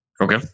Okay